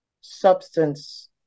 substance